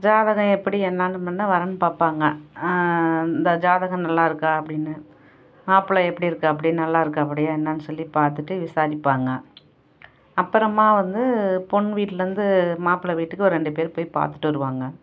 ஜாதகம் எப்படி என்னெனு முன்ன வரன் பார்ப்பாங்க இந்த ஜாதகம் நல்லா இருக்கா அப்படினு மாப்பிள எப்படி இருக்காப்படி நல்லா இருக்காப்படியா என்னெனு சொல்லி பார்த்துட்டு விசாரிப்பாங்க அப்புறமா வந்து பொண்ணு வீட்லேந்து மாப்பிள வீட்டுக்கு ஒரு ரெண்டு பேர் போய் பார்த்துட்டு வருவாங்க